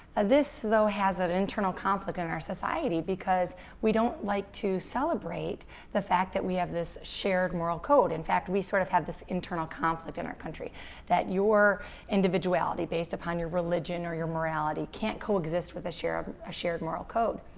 ah this, though, has an internal conflict in our society because we don't like to celebrate the fact that we have this shared moral code. in fact, we sort of have this internal conflict in our country that your individuality, based upon your religion or your morality, can't co-exist with a shared um ah shared moral code.